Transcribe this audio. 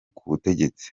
kubutegetsi